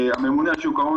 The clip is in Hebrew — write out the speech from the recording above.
הממונה על שוק ההון,